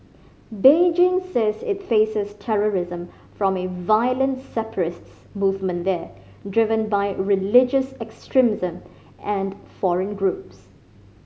Beijing says it faces terrorism from a violent separatists movement there driven by religious extremism and foreign groups